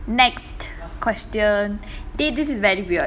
next question dey this is very weird